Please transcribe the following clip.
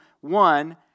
one